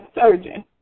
surgeon